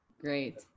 Great